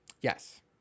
Yes